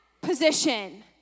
position